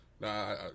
Nah